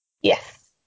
Yes